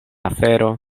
afero